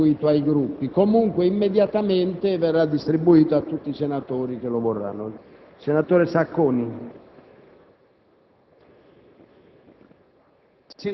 è stato distribuito ai Gruppi, comunque immediatamente verrà distribuito a tutti i senatori che lo vorranno.